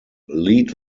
lead